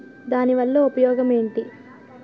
దాని వల్ల ఉపయోగం ఎంటి?